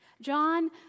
John